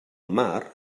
mar